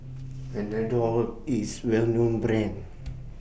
Panadol IS A Well known Brand